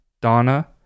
Donna